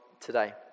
today